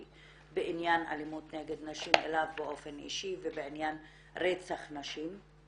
אליו באופן אישי בעניין אלימות נגד נשים ובעניין רצח נשים.